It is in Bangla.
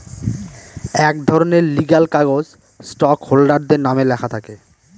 এক ধরনের লিগ্যাল কাগজ স্টক হোল্ডারদের নামে লেখা থাকে